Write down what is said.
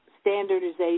standardization